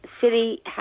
City